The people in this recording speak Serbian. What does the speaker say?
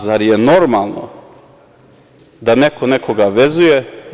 Zar je normalno da neko nekoga vezuje?